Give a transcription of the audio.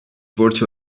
borç